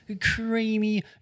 creamy